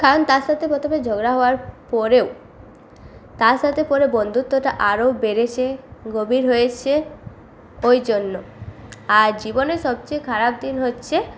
কারণ তার সাথে প্রথমে ঝগড়া হওয়ার পরেও তার সাথে পরে বন্ধুত্বটা আরও বেড়েছে গভীর হয়েছে ওই জন্য আর জীবনের সবচেয়ে খারাপ দিন হচ্ছে